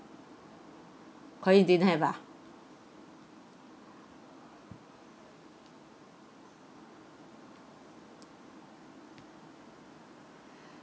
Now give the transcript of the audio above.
ko yin didn't have ah